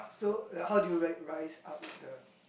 so uh how do you rise rise up the